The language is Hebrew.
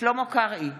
שלמה קרעי,